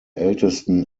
ältesten